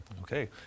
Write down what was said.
Okay